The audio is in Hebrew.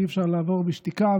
אי-אפשר לעבור בשתיקה.